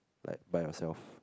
like by yourself